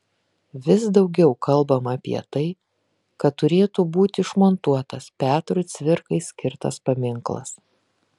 vis daugiau kalbama apie tai kad turėtų būti išmontuotas petrui cvirkai skirtas paminklas